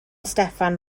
steffan